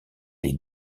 les